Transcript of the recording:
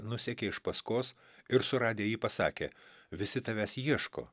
nusekė iš paskos ir suradę jį pasakė visi tavęs ieško